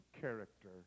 character